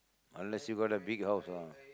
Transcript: unless you got a big house lah